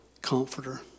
comforter